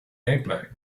gameplay